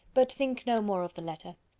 but think no more of the letter.